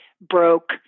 broke